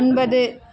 ஒன்பது